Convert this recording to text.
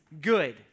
good